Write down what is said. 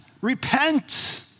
Repent